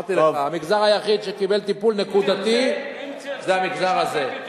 אמרתי לך: המגזר היחיד שקיבל טיפול נקודתי זה המגזר הזה.